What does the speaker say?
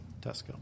Tesco